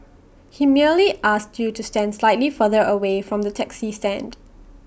he merely asked you to stand slightly further away from the taxi stand